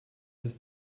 ist